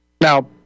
Now